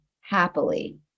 happily